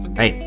Hey